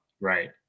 Right